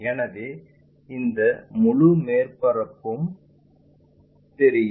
எனவே இந்த முழு மேற்பரப்பும் தெரியும்